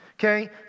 Okay